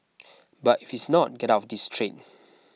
but if it's not get out of this trade